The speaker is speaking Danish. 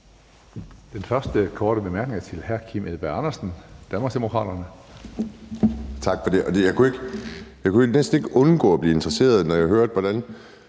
Den første korte bemærkning er til hr. Kim Edberg Andersen, Danmarksdemokraterne.